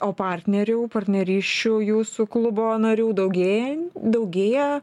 o partnerių partnerysčių jūsų klubo narių daugėja daugėja